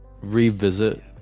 revisit